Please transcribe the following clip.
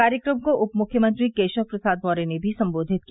कार्यक्रम को उप मुख्यमंत्री केशव प्रसाद मौर्य ने भी सम्बोधित किया